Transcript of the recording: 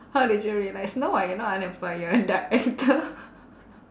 how did you realise no [what] you're not unemployed you're a director